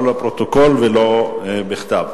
לא לפרוטוקול ולא בכתב.